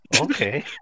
Okay